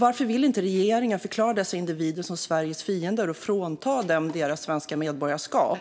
Varför vill inte regeringen förklara dessa individer som Sveriges fiender och frånta dem deras svenska medborgarskap?